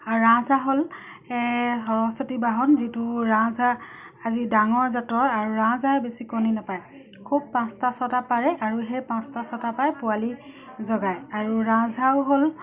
আৰু ৰাজহাঁহ হ'ল সৰস্বতী বাহন যিটো ৰাজহাঁহ ডাঙৰ জাতৰ আৰু ৰাজাহাঁহে বেছি কণী নাপাৰে খুব পাঁচটা ছটা পাৰে আৰু সেই পাঁচটা ছটা পাই পোৱালি জগায় আৰু ৰাজহাঁহ হ'ল